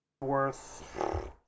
worth